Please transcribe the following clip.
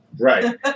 Right